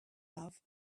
love